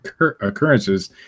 occurrences